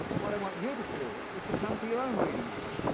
what i want you to do, is to come to your own reading of it,